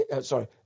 sorry